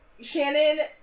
Shannon